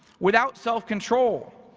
without self-control,